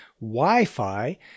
wi-fi